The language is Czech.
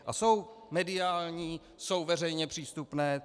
A jsou mediální, jsou veřejně přístupné.